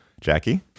Jackie